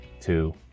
two